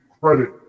credit